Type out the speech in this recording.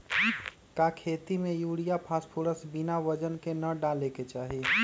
का खेती में यूरिया फास्फोरस बिना वजन के न डाले के चाहि?